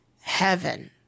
heaven